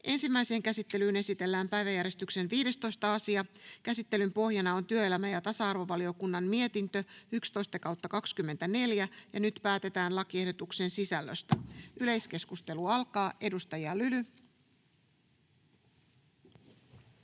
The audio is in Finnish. Ensimmäiseen käsittelyyn esitellään päiväjärjestyksen 15. asia. Käsittelyn pohjana on työelämä- ja tasa-arvovaliokunnan mietintö TyVM 11/2024 vp. Nyt päätetään lakiehdotuksen sisällöstä. — Yleiskeskustelu alkaa. Edustaja Lyly.